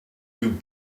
you